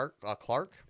Clark